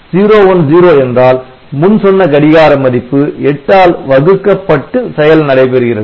010 என்றால் முன் சொன்ன கடிகார மதிப்பு 8 ஆல் வகுக்கப்பட்டு செயல் நடைபெறுகிறது